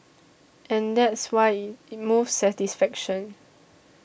and that's why it moves satisfaction